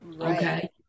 Okay